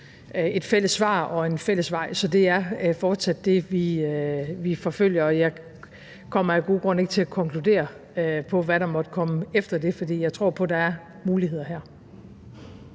et fælles svar og en fælles vej. Så det er fortsat det, vi forfølger, og jeg kommer af gode grunde ikke til at konkludere på, hvad der måtte komme efter det, fordi jeg tror på, der her er muligheder.